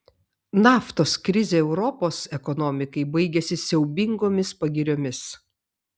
naftos krizė europos ekonomikai baigėsi siaubingomis pagiriomis